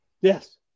Yes